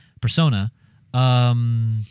persona